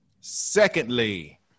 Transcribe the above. Secondly